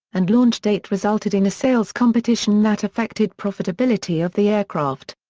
and launch date resulted in a sales competition that affected profitability of the aircraft.